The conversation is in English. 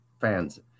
fans